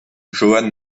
johann